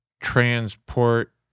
transport